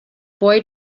boy